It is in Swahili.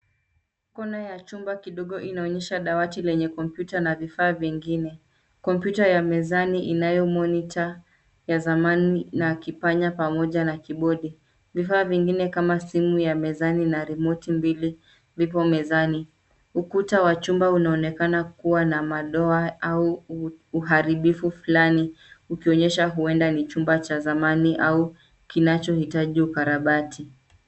Kona ya chumba kidogo inaonyesha dawati lenye kompyuta na vifaa vingine. Kompyuta ya mezani inayo monitor ya zamani na kipanya pamoja na kibodi. Vifaa vingine kama simu ya mezani na remote mbili vipo mezani. Ukuta wa chumba unaonekana kuwa na madoa au uharibifu fulani ukionyesha huenda ni chumba cha zamani au kinacho hitaji ukarabati.